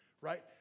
right